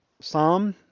psalm